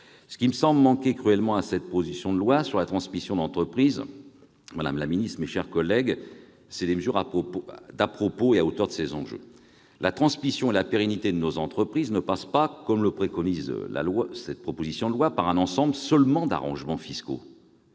Ce qui manque, à mon sens, cruellement à cette proposition de loi sur la transmission d'entreprise, madame la secrétaire d'État, mes chers collègues, ce sont des mesures à propos et à la hauteur de ses enjeux. La transmission et la pérennité de nos entreprises ne passent pas seulement, comme le préconise cette proposition de loi, par un ensemble d'arrangements fiscaux